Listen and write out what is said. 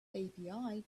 api